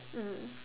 mmhmm